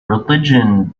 religion